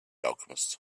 alchemist